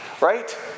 right